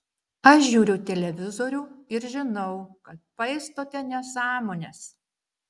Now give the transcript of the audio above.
aš žiūriu televizorių ir žinau kad paistote nesąmones